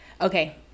Okay